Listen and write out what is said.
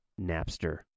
Napster